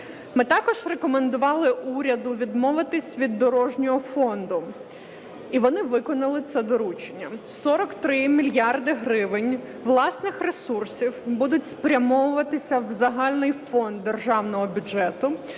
Ми також рекомендували уряду відмовитися від дорожнього фонду і вони виконали це доручення. Сорок три мільярди гривень власних ресурсів будуть спрямовуватися в загальний фонд державного бюджету